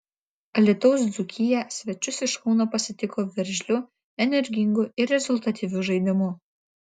alytaus dzūkija svečius iš kauno pasitiko veržliu energingu ir rezultatyviu žaidimu